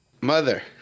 mother